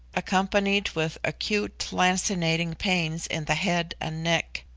accompanied with acute, lancinating pains in the head and neck.